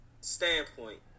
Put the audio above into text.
standpoint